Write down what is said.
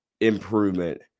improvement